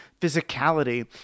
physicality